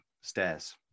stairs